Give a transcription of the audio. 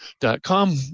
dot-com